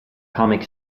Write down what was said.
comic